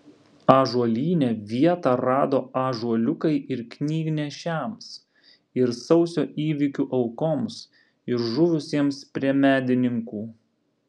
ąžuolyne vietą rado ąžuoliukai ir knygnešiams ir sausio įvykių aukoms ir žuvusiems prie medininkų